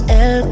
el